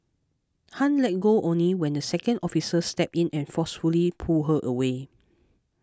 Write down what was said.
Han let go only when the second officer stepped in and forcefully pulled her away